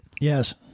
Yes